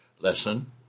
lesson